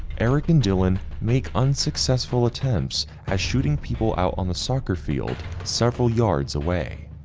eric and dylan make unsuccessful attempts as shooting people out on the soccer field, several yards away.